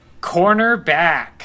Cornerback